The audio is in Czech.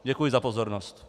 Děkuji za pozornost.